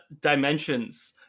dimensions